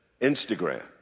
Instagram